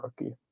rookie